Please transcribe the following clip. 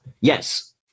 Yes